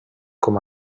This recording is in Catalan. com